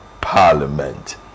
Parliament